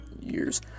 years